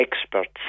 experts